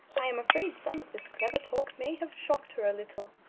i am afraid some of this clever talk may have shocked her a little.